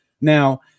Now